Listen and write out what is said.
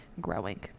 growing